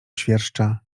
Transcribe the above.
świerszcza